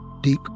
Deep